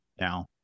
now